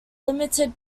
limited